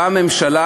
באה הממשלה,